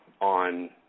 on